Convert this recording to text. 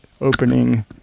opening